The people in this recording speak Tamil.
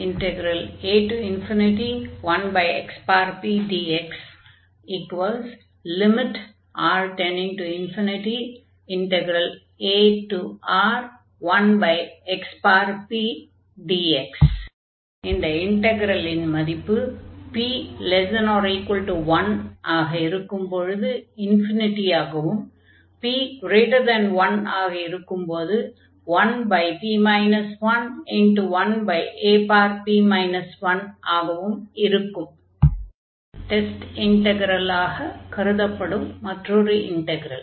a1xpdxR→∞aR1xpdx∞ p≤1 1p 11ap 1 p1 test இன்டக்ரலாக கருதப்படும் மற்றொரு இன்டக்ரல்